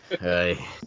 Hey